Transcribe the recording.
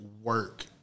work